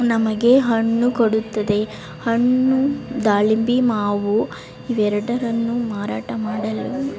ನಮಗೆ ಹಣ್ಣು ಕೊಡುತ್ತದೆ ಹಣ್ಣು ದಾಳಿಂಬೆ ಮಾವು ಇವೆರಡರನ್ನೂ ಮಾರಾಟ ಮಾಡಲು